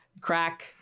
Crack